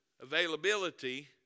Availability